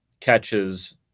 catches